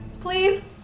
Please